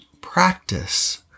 practice